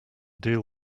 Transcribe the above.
deal